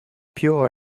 pure